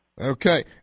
Okay